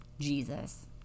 Jesus